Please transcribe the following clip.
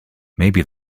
maybe